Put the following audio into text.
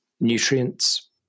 nutrients